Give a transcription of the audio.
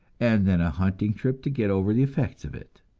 and then a hunting trip to get over the effects of it.